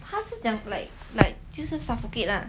他是讲 like 就是 suffocate lah